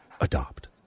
Adopt